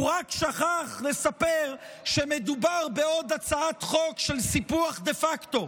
הוא רק שכח לספר שמדובר בעוד הצעת חוק של סיפוח דה פקטו,